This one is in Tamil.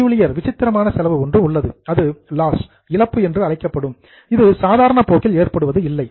பெக்யூலியர் விசித்திரமான செலவு ஒன்று உள்ளது அது லாஸ் இழப்பு என்று அழைக்கப்படும் இது சாதாரண போக்கில் ஏற்படுவது இல்லை